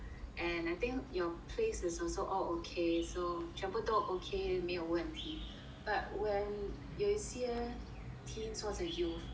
and I think your place is also all okay so 全部都 okay 没有问题 but when 有一些 teens 或者 youth